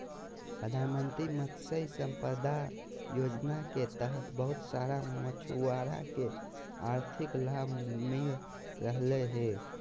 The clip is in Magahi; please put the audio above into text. प्रधानमंत्री मत्स्य संपदा योजना के तहत बहुत सारा मछुआरा के आर्थिक लाभ मिल रहलय हें